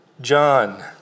John